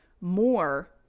more